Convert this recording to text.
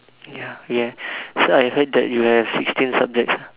ya ya so I heard that you have sixteen subjects